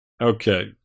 Okay